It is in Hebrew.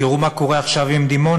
תראו מה קורה עכשיו עם דימונה.